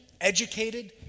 educated